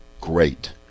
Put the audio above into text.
great